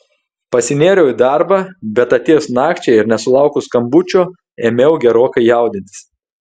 pasinėriau į darbą bet atėjus nakčiai ir nesulaukus skambučio ėmiau gerokai jaudintis